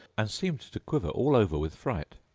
and seemed to quiver all over with fright.